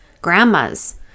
grandmas